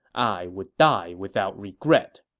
i would die without regret